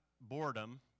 boredom